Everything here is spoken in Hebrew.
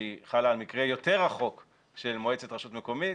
שחלה על מקרה יותר רחוק של מועצת רשות מקומית,